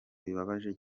bibabaje